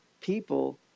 people